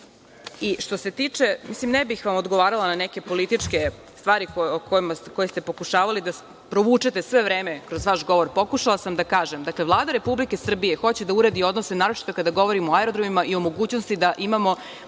i da primenimo. Ne bih vam odgovarala na neke političke stvari koje ste pokušavali da provučete sve vreme kroz vaš govor. Pokušala sam da kažem, dakle, Vlada Republike Srbije hoće da uredi odnose, naročito kada govorimo o aerodromima i o mogućnosti da imamo